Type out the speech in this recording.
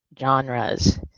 Genres